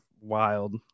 wild